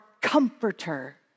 comforter